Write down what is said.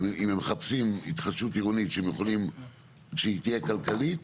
אם הם מחפשים התחדשות עירונית שהם יכולים שהיא תהיה כלכלית,